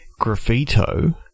graffito